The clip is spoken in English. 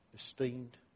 esteemed